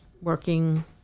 working